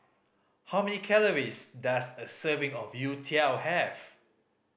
how many calories does a serving of youtiao have